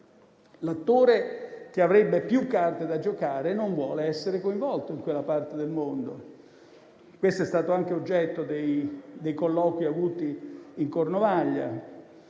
L'attore che avrebbe più carte da giocare non vuole essere coinvolto in quella parte del mondo: questo è stato anche oggetto dei colloqui avuti in Cornovaglia.